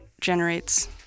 generates